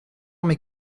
mes